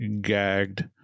gagged